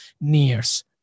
nears